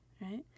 Right